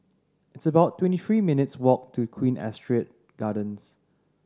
it's about twenty three minutes' walk to Queen Astrid Gardens